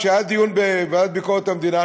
כשהיה דיון בוועדה לענייני ביקורת במדינה,